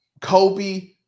Kobe